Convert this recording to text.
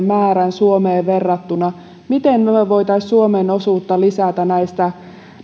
määrän suomeen verrattuna miten me voisimme suomen osuutta lisätä näistä